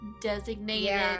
designated